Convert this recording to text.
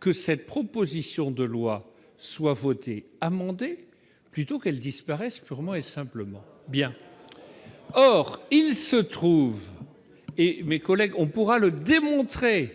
que cette proposition de loi soit votée amendée plutôt qu'elles disparaissent purement et simplement bien, or il se trouve et mes collègues, on pourra le démontrer